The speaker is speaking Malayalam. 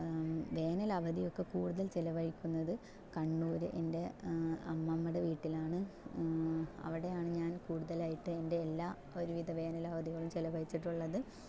വേനൽ അവധി ഒക്കെ കൂടുതൽ ചെലവഴിക്കുന്നത് കണ്ണൂര് എൻ്റെ അമ്മമ്മേടെ വീട്ടിലാണ് അവിടെയാണ് ഞാൻ കൂടുതലായിട്ട് എൻ്റെ എല്ലാ ഒരുവിധ വേനൽ അവധികളും ചിലവഴിച്ചിട്ടുള്ളത്